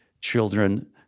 children